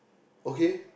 okay